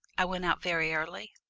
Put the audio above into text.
i went out very early.